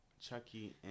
Chucky